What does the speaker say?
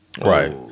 Right